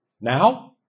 Now